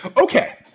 Okay